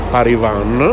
Parivan